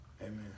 Amen